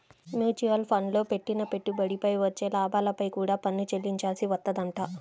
mutual ఫండ్లల్లో పెట్టిన పెట్టుబడిపై వచ్చే లాభాలపై కూడా పన్ను చెల్లించాల్సి వత్తదంట